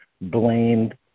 blamed